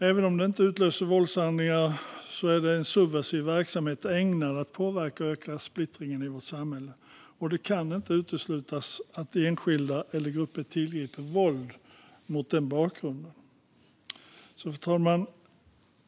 Även om det inte utlöser våldshandlingar är det en subversiv verksamhet ägnad att påverka och öka splittringen i vårt samhälle, och det kan inte uteslutas att enskilda eller grupper tillgriper våld mot den bakgrunden. Fru talman!